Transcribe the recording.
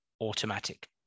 automatic